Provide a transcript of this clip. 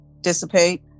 dissipate